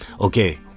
Okay